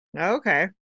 Okay